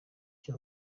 cyo